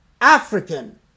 African